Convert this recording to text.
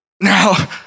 Now